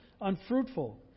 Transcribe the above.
unfruitful